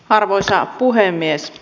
arvoisa puhemies